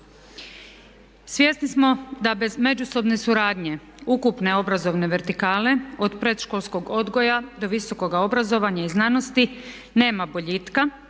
Svjesni smo da bez međusobne suradnje ukupne obrazovne vertikale od predškolskog odgoja do visokoga obrazovanja i znanosti nema boljitka,